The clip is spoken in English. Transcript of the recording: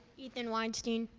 ethan weinstein.